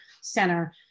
center